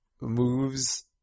moves